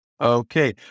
Okay